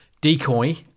decoy